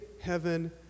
heaven